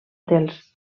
dels